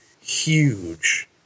Huge